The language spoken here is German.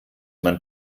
man